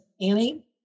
Annie